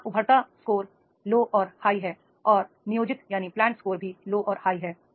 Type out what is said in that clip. यहां उभरता score low and high है और नियोजित लो एंड हाई है